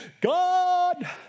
God